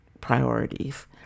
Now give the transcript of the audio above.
priorities